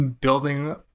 building